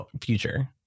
future